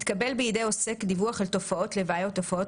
התקבל בידי עוסק דיווח על תופעות לוואי או תופעות